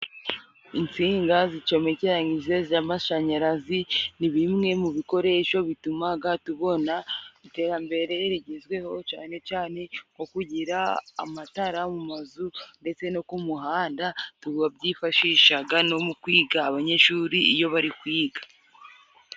Insinga zicomekeranyije z'amashanyarazi, ni bimwe mu bikoresho bitumaga tubona iterambere rigezweho cane cane nko kugira amatara mu mazu, ndetse no ku muhanda turabyifashishaga no mu kwiga abanyeshuri iyo bari kwiga.